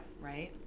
Right